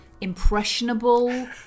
impressionable